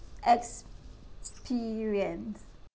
experience